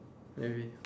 maybe